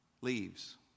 leaves